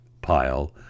pile